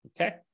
Okay